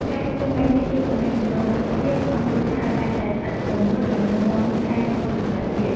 ការជួបជុំបែបនេះជួយពង្រឹងចំណងមិត្តភាពក្នុងគ្រួសារឲ្យកាន់តែស្អិតរមួតនិងរឹងមាំថែមមួយកម្រិតទៀត។